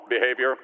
behavior